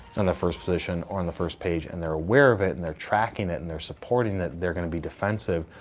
and the first position, or on the first page, and they're aware of it, and they're tracking it, and they're supporting it, they're going to be defensive.